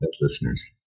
listeners